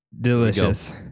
delicious